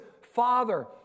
Father